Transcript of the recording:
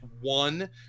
one